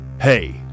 Hey